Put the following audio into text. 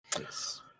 Yes